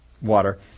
water